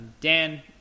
Dan